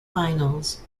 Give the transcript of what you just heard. finals